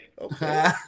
okay